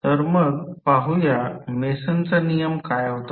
तर मग पाहूया मेसनचा नियम काय होता